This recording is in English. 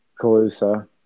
Calusa